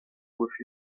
with